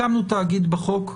הקמנו תאגיד בחוק,